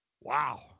wow